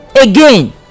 again